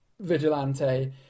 vigilante